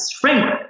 framework